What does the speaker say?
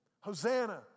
Hosanna